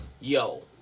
yo